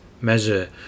measure